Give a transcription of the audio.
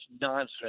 nonsense